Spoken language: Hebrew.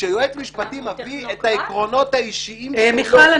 כשיועץ משפטי מביא את העקרונות האישיים שלו --- מיכל,